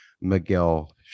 Miguel